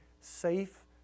safe